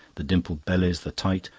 the dimpled bellies, the tight,